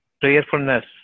prayerfulness